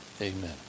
Amen